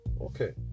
Okay